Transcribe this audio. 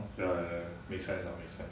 ya ya 没猜到没猜到